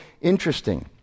interesting